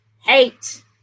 hate